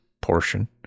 portion